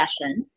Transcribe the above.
session